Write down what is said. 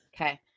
Okay